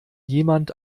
jemand